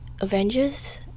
Avengers